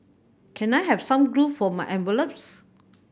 can I have some glue for my envelopes